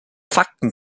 fakten